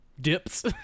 Dips